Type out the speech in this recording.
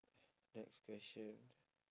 next question